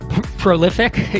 prolific